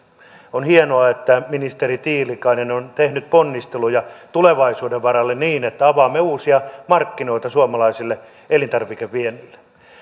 on hienoa että ministeri tiilikainen on tehnyt ponnisteluja tulevaisuuden varalle niin että avaamme uusia markkinoita suomalaiselle elintarvikeviennille